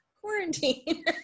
quarantine